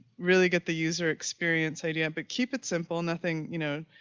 really get the user experience idea. but keep it simple nothing, you know,